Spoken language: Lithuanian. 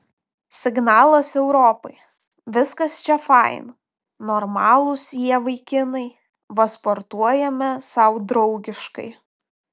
signalas europai viskas čia fain normalūs jie vaikinai va sportuojame sau draugiškai